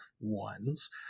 ones